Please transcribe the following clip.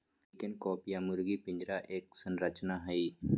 chicken coop या मुर्गी पिंजरा एक संरचना हई,